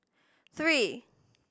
three